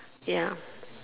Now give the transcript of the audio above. ya